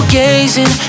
gazing